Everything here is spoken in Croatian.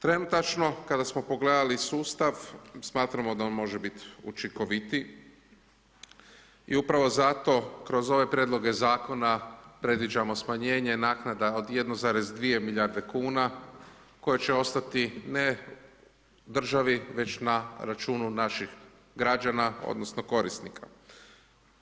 Trenutačno kada smo pogledali sustav, smatramo da on može biti učinkovitiji i upravo zato kroz ove prijedloge zakona predviđamo smanjenje naknada od 1,2 milijarde kuna koje će ostati ne državi već na računu naših građana odnosno korisnika